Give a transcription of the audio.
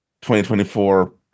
2024